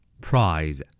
Prize